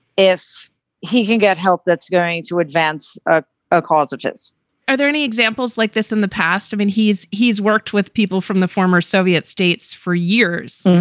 if he can get help, that's going to advance a ah cause, which is are there any examples like this in the past? i mean, he's he's worked with people from the former soviet states for years.